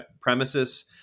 premises